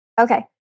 Okay